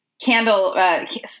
candle